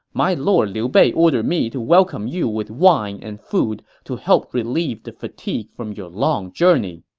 my lord liu bei ordered me to welcome you with wine and food to help relieve the fatigue from your long journey.